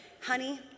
honey